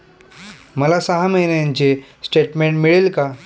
मला सहा महिन्यांचे स्टेटमेंट मिळेल का?